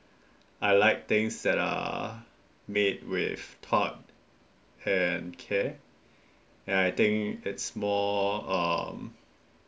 I like things that are made with heart and cake and I think it's more um